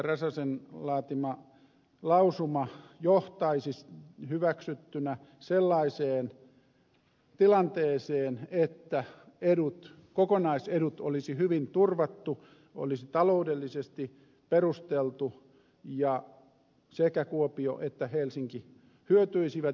räsäsen laatima lausuma johtaisi hyväksyttynä sellaiseen tilanteeseen että kokonaisedut olisi hyvin turvattu olisi taloudellisesti perusteltu ja sekä kuopio että helsinki hyötyisivät